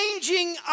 changing